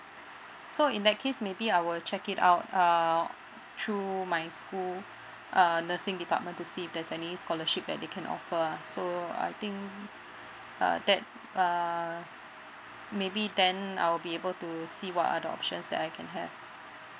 so in that case maybe I will check it out uh through my school uh nursing department to see if there's any scholarship that they can offer lah so I think uh that uh maybe then I'll be able to see what are the options that I can have